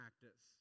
practice